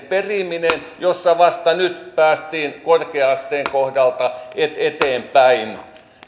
periminen jossa vasta nyt päästiin korkea asteen kohdalta eteenpäin